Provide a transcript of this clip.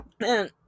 Man